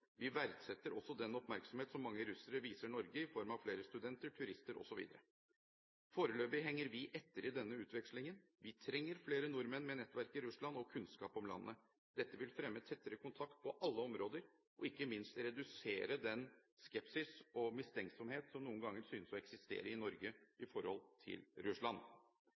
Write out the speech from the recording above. Vi verdsetter også den oppmerksomhet som mange russere viser Norge, i form av flere studenter, turister osv. Foreløpig henger vi etter i denne utvekslingen. Vi trenger flere nordmenn med nettverk i Russland og kunnskap om landet. Dette vil fremme tettere kontakt på alle områder og ikke minst redusere den skepsis og mistenksomhet som noen ganger synes å eksistere i Norge i forholdet til Russland.